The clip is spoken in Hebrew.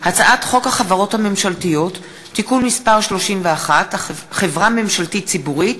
הצעת חוק החברות הממשלתיות (תיקון מס' 31) (חברה ממשלתית ציבורית),